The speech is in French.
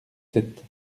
sept